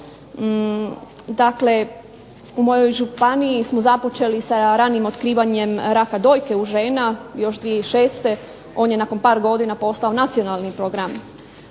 Dakle, u mojoj županiji smo započeli sa ranim otkrivanjem raka dojke u žena još 2006., on je nakon par godina postao Nacionalni program.